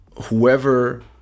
whoever